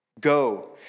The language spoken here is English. Go